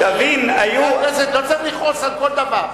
חברי הכנסת, לא צריך לכעוס על כל דבר.